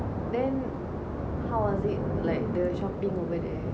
how was it like the shopping over there